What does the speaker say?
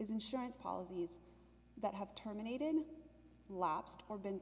is insurance policies that have terminated lapsed or been